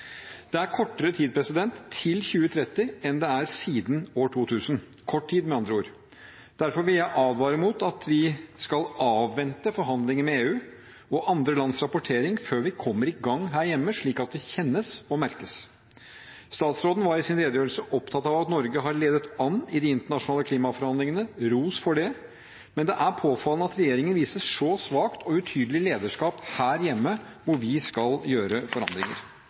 Det er kortere tid til 2030 enn det er siden år 2000 – kort tid, med andre ord. Derfor vil jeg advare mot at vi skal avvente forhandlinger med EU og andre lands rapportering før vi kommer i gang her hjemme, slik at det kjennes og merkes. Statsråden var i sin redegjørelse opptatt av at Norge har ledet an i de internasjonale klimaforhandlingene – ros for det – men det er påfallende at regjeringen viser så svakt og utydelig lederskap her hjemme, hvor vi skal gjøre forandringer.